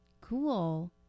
Cool